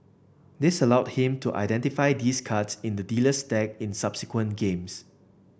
this allowed him to identify these cards in the dealer's deck in subsequent games